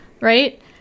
right